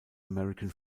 american